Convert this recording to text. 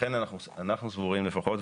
לכן אנחנו סבורים לפחות,